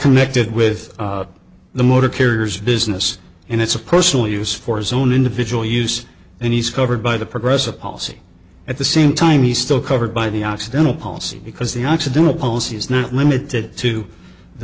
connected with the motor carriers business and it's a personal use for his own individual use then he's covered by the progressive policy at the same time he still covered by the occidental policy because the occidental policy is not limited to the